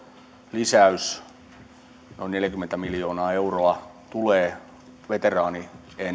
lisäys noin neljäkymmentä miljoonaa euroa tulee veteraanien